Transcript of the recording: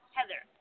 Heather